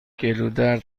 گلودرد